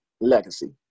legacy